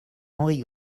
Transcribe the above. henri